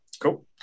Cool